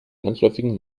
landläufigen